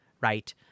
Right